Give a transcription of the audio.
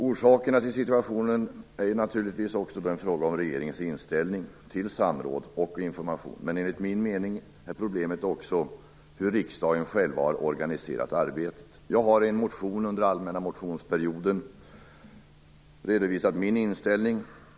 Orsakerna till situationen är naturligtvis en fråga om regeringens inställning till samråd och information, men enligt min mening ligger problemet också i hur riksdagen själv har organiserat arbetet. Jag har i en motion under allmänna motionsperioden redovisat min inställning.